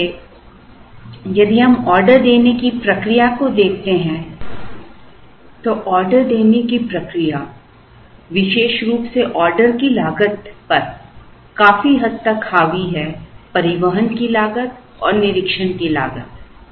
इसलिए यदि हम ऑर्डर देने की प्रक्रिया को देखते हैं तो ऑर्डर देने की प्रक्रिया विशेष रूप से ऑर्डर की लागत है पर काफी हद तक हावी है परिवहन की लागत और निरीक्षण की लागत